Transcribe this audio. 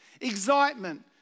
excitement